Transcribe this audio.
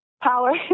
Power